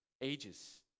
ages